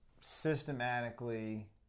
systematically